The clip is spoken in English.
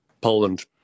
Poland